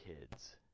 kids